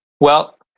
well